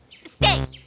stay